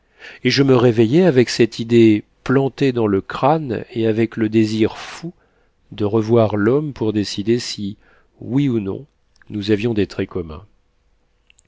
et je me réveillai avec cette idée plantée dans le crâne et avec le désir fou de revoir l'homme pour décider si oui ou non nous avions des traits communs